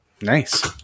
Nice